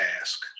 ask